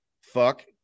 fuck